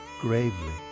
gravely